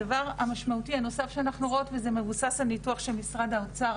הדבר המשמעותי הנוסף שאנחנו רואות וזה מבוסס על ניתוח של משרד האוצר,